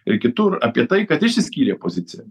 ir kitur apie tai kad išsiskyrė pozicija